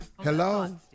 Hello